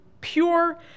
pure